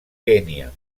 kenya